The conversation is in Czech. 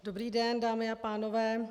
Dobrý den, dámy a pánové.